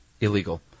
Illegal